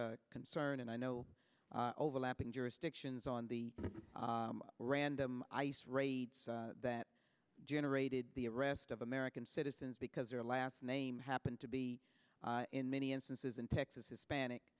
concern and i know overlapping jurisdictions on the random ice raids that generated the arrest of american citizens because their last name happened to be in many instances in texas hispanic